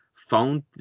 found